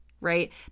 right